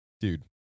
Dude